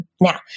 Now